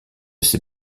ses